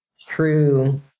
true